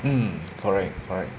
mm correct correct